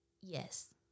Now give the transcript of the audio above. Yes